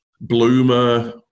bloomer